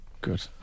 Good